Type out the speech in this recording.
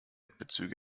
bettbezüge